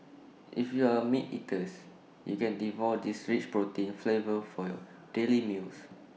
if you are A meat eaters you can devote this rich protein flavor for your daily meals